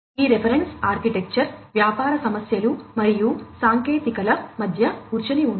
ఈ reference architecture వ్యాపార సమస్యలు మరియు సాంకేతికతల మధ్య కూర్చుని ఉంది